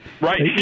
Right